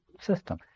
system